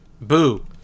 Boo